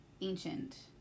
ancient